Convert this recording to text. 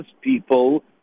people